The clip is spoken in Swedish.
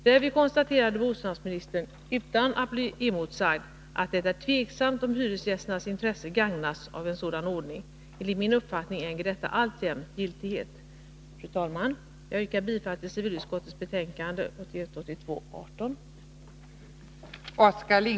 Därvid konstaterade bostadsministern — utan att bli emotsagd — att det är tveksamt om hyresgästernas intresse gagnas av en sådan ordning. Enligt min uppfattning äger detta alltjämt giltighet. Fru talman! Jag yrkar bifall till hemställan i civilutskottets betänkande 1981/82:18.